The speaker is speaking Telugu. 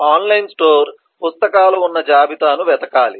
ఆన్లైన్ స్టోర్ పుస్తకాలు ఉన్న జాబితాను వెతకాలి